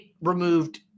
removed